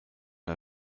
der